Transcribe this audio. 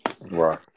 Right